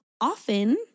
often